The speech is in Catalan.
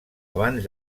abans